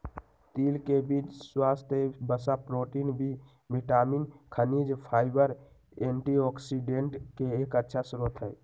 तिल के बीज स्वस्थ वसा, प्रोटीन, बी विटामिन, खनिज, फाइबर, एंटीऑक्सिडेंट के एक अच्छा स्रोत हई